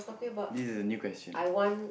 this is a new question